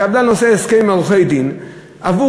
הקבלן עושה הסכם עם עורכי-הדין עבור